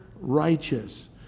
righteous